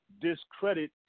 discredit